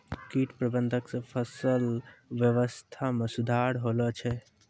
कीट प्रबंधक से फसल वेवस्था मे सुधार होलो छै